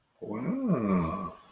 Wow